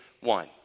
one